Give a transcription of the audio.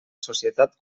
societat